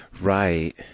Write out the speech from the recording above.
Right